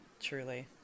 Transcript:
truly